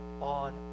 on